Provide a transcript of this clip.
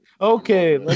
Okay